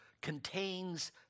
contains